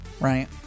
right